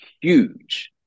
huge